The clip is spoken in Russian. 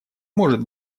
может